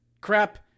crap